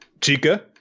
Chica